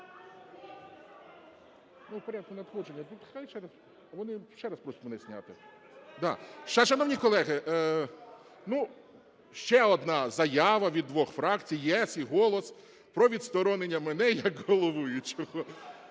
Шановні колеги, ще одна заява від двох фракцій "ЄС" і "Голос" про відсторонення мене як головуючого.